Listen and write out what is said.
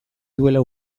duela